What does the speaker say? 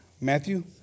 Matthew